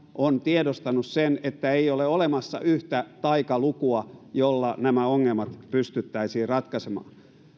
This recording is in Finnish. on tiedostanut sen että ei ole olemassa yhtä taikalukua jolla nämä ongelmat pystyttäisiin ratkaisemaan